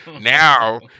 Now